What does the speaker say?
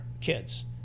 kids